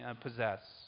possess